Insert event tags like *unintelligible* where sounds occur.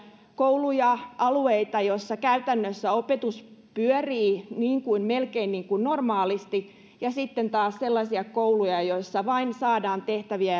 kouluja alueita joilla käytännössä opetus pyörii melkein normaalisti ja sitten on taas sellaisia kouluja joissa vain saadaan tehtäviä *unintelligible*